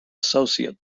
associate